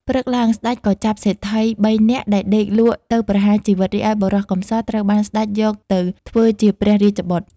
ព្រឹកឡើង ស្តេចក៏ចាប់សេដ្ឋី ៣ នាក់ដែលដេកលក់ទៅប្រហារជីវិត រីឯបុរសកំសត់ត្រូវបានស្តេចយកទៅធ្វើជា ព្រះរាជបុត្រ។